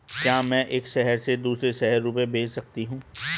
क्या मैं एक शहर से दूसरे शहर रुपये भेज सकती हूँ?